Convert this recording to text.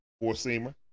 Four-seamer